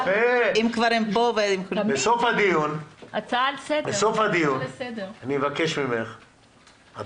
אבל אם הם כבר פה אז --- אני אבקש ממך לשבת איתם בסוף הדיון,